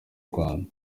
rwanda